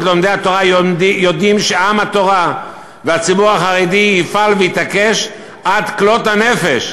ללומדי התורה יודעים שעם התורה והציבור החרדי יפעל ויתעקש עד כלות הנפש,